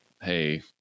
hey